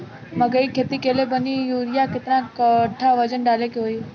मकई के खेती कैले बनी यूरिया केतना कट्ठावजन डाले के होई?